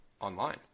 online